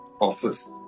office